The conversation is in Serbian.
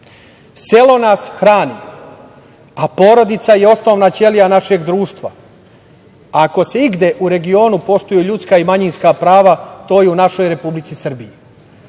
Selo nas hrani, a porodica je osnovna ćelija našeg društva. Ako se igde u regionu poštuju ljudska i manjinska prava, to je u našoj Republici Srbiji,